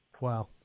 Wow